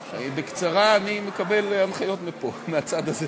בקצרה, אני מקבל הנחיות מפה, מהצד הזה.